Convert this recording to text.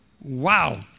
Wow